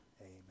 Amen